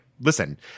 listen